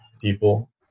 people